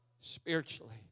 spiritually